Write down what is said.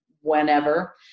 whenever